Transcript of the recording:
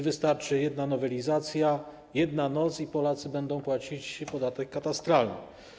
Wystarczy jedna nowelizacja, jedna noc i Polacy będą płacić podatek katastralny.